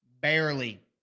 barely